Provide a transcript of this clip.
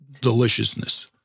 deliciousness